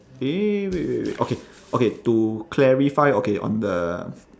eh wait wait wait okay okay to clarify okay on the